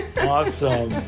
awesome